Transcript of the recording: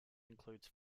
includes